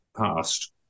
past